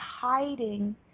hiding